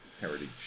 heritage